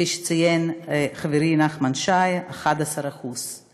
כפי שציין חברי נחמן שי, 11%;